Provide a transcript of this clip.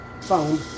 phone